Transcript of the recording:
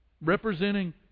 representing